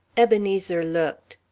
ebenezer looked.